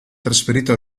trasferito